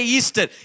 Easter